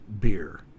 beer